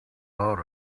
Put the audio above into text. lot